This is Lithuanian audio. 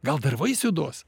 gal dar vaisių duos